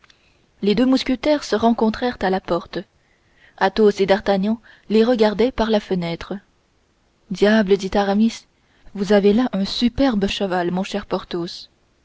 les deux mousquetaires se rencontrèrent à la porte athos et d'artagnan les regardaient par la fenêtre diable dit aramis vous avez là un superbe cheval mon cher porthos oui